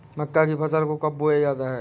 मक्का की फसल को कब बोया जाता है?